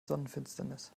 sonnenfinsternis